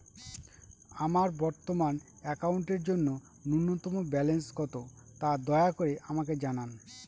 আমার বর্তমান অ্যাকাউন্টের জন্য ন্যূনতম ব্যালেন্স কত, তা দয়া করে আমাকে জানান